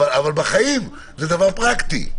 אבל בחיים זה פרקטי,